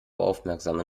aufmerksame